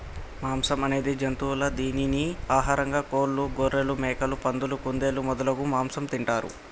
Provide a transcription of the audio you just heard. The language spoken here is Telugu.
మాంసం అనేది జంతువుల దీనిని ఆహారంగా కోళ్లు, గొఱ్ఱెలు, మేకలు, పందులు, కుందేళ్లు మొదలగు మాంసం తింటారు